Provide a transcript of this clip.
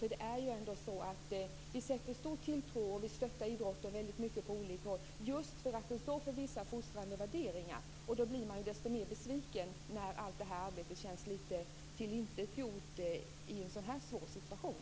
Vi sätter stor tilltro till idrotten och stöttar den på många sätt just för att den står för vissa fostrande värderingar. Då blir man desto mer besviken när detta arbete raseras i en sådan här svår situation.